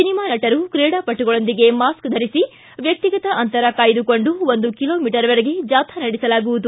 cinema ನಟರು ಕ್ರೀಡಾಪಟುಗಳೊಂದಿಗೆ mask ಧರಿಸಿ ವ್ಯಕ್ತಿಗತ ಅಂತರ ಕಾಯ್ದುಕೊಂಡು ಒಂದು ಕಿಲೋ ಮೀಟರ್ವರೆಗೆ ಜಾಥಾ ನಡೆಸಲಾಗುವುದು